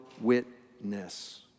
witness